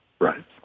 Right